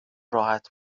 راحت